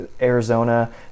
Arizona